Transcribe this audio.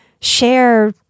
share